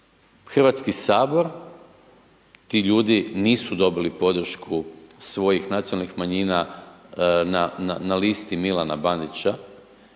Hrvatski sabor ti ljudi nisu dobili podršku svojih nacionalnih manjina na listi Milana Bandića